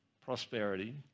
prosperity